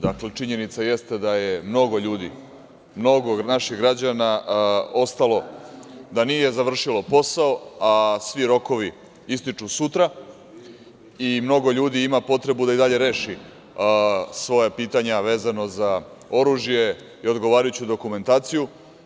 Dakle, činjenica jeste da je mnogo ljudi, mnogo naših građana ostalo da nije završilo posao, a svi rokovi ističu sutra i mnogo ljudi ima potrebu da i dalje reši svoja pitanja vezano za oružje i odgovarajuću dokumentaciju.